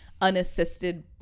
unassisted